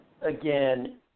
again